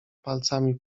palcami